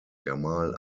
gamal